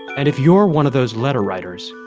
and if you're one of those letter writers,